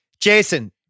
Jason